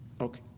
Okay